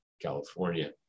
California